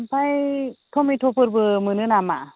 ओमफ्राय टमेट'फोरबो मोनो नामा